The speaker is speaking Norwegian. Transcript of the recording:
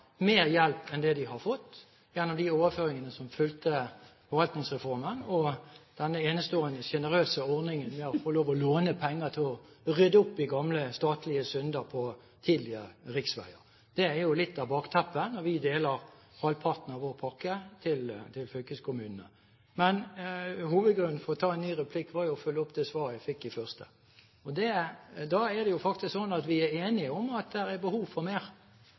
mer hjelp enn det de har fått gjennom de overføringene som fulgte forvaltningsreformen og denne enestående sjenerøse ordningen vi har for å få lov til å låne penger til å rydde opp i gamle, statlige synder på tidligere riksveier. Det er jo litt av bakteppet når vi deler halvparten av vår pakke til fylkeskommunene. Men hovedgrunnen for å ta en ny replikk var jo å følge opp det svaret jeg fikk i første replikk. Da er det faktisk slik at vi er enige om at det er behov for mer,